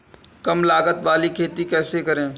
कम लागत वाली खेती कैसे करें?